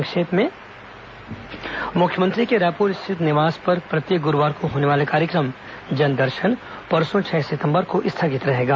संक्षिप्त समाचार मुख्यमंत्री के रायपुर निवास पर प्रत्येक गुरूवार को होने वाला कार्यक्रम जनदर्शन परसों छह सितंबर को स्थगित रहेगा